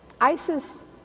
ISIS